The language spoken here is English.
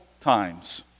times